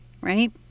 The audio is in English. right